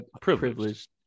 Privileged